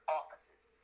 offices